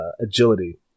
agility